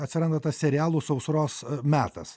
atsiranda tas serialų sausros metas